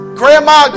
grandma